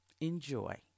Enjoy